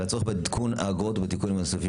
הצורך בעדכון האגרות ובתיקונים נוספים.